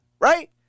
right